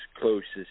closest